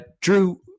Drew